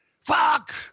Fuck